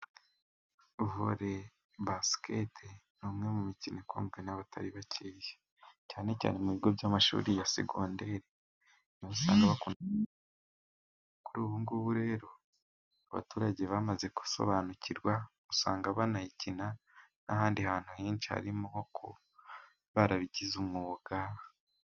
Vore basikete, ni umwe mu mikino ikunzwe n'abatari bakeye, cyane cyane mu bigo by'amashuri ya segonderi, usanga kuri ubu ngubu rero abaturage bamaze gusobanukirwa, usanga banayikina n'ahandi hantu henshi, harimo nko kuba barabigize umwuga.